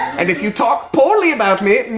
and if you talk poorly about me,